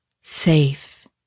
safe